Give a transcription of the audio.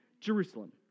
Jerusalem